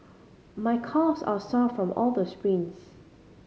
my calves are sore from all the sprints